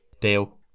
Deal